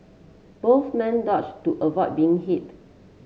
both men dodge to avoid being hit